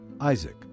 Isaac